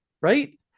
Right